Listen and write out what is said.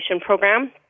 program